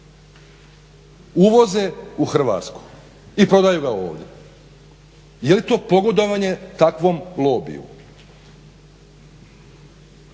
uvoze u Hrvatsku i prodaju ga ovdje? Je li to pogodovanje takvom lobiju?